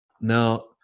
Now